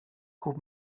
kup